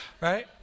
Right